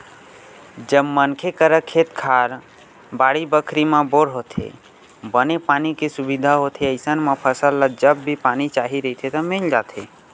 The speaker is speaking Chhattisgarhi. जब मनखे करा खेत खार, बाड़ी बखरी म बोर होथे, बने पानी के सुबिधा होथे अइसन म फसल ल जब भी पानी चाही रहिथे त मिल जाथे